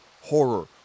horror